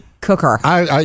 cooker